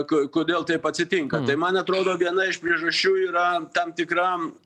ko kodėl taip atsitinka tai man atrodo viena iš priežasčių yra tam tikra